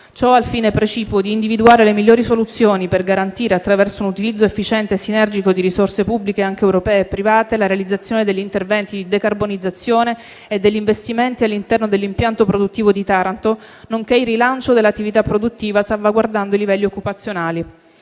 al fine precipuo di individuare le migliori soluzioni per garantire, attraverso un utilizzo efficiente e sinergico di risorse pubbliche, anche europee e private, la realizzazione degli interventi di decarbonizzazione e degli investimenti all'interno dell'impianto produttivo di Taranto, nonché il rilancio dell'attività produttiva, salvaguardando i livelli occupazionali.